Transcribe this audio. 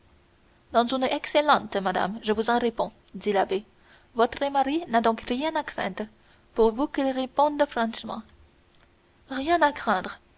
dans une excellente madame je vous en réponds dit l'abbé votre mari n'a donc rien à craindre pourvu qu'il réponde franchement rien à craindre